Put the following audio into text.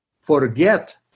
forget